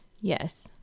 Yes